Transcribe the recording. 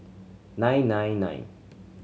nine nine nine